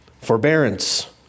forbearance